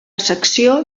secció